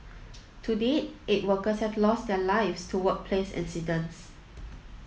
to date eight workers have lost their lives to workplace incidents